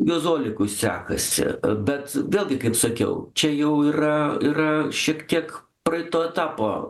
juozui olekui sekasi bet vėlgi kaip sakiau čia jau yra yra šiek tiek praeito etapo